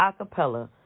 acapella